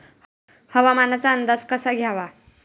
हवामानाचा अंदाज कसा घ्यावा?